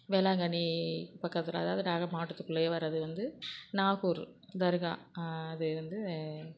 வேளாங்கண்ணி பக்கத்தில் அதாவது நாக மாவட்டத்துக்குள்ளையே வரது வந்து நாகூர் தர்கா அது வந்து